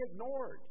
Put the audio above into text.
ignored